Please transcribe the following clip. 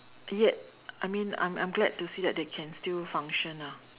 yet I mean I'm I'm glad to see that they can still function lah